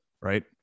Right